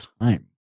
time